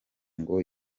ngo